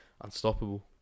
unstoppable